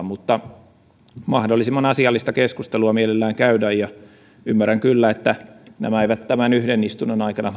mutta mahdollisimman asiallista keskustelua mielellään käydään ja ymmärrän kyllä että nämä näkemyserot eivät tämän yhden istunnon aikana